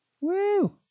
Woo